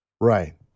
Right